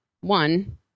one